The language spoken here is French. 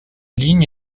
ligne